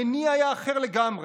המניע היה אחר לגמרי,